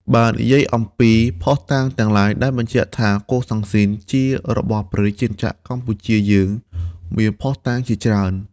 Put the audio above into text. បើនិយាយអំពី ភស្តុតាងទាំងឡាយដែលបញ្ជាក់ថា កូសាំងស៊ីន ជារបស់ព្រះរាជាណាចក្រកម្ពុជាយើងមានភស្តុតាងជាច្រើន។